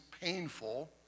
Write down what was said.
painful